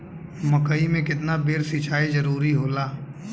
मकई मे केतना बेर सीचाई जरूरी होला?